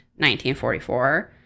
1944